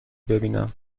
ببینم